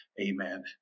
Amen